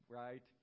right